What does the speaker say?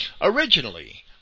Originally